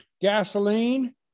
gasoline